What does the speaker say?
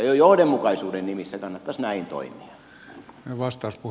jo johdonmukaisuuden nimissä kannattaisi näin toimia